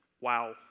wow